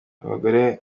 abagore